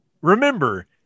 Remember